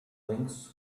blinks